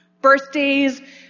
Birthdays